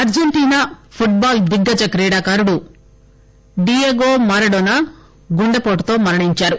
Argentina football దిగ్గజ క్రీడాకారుడు Diego Maradona గుండేపోటుతో మరణించారు